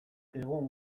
egun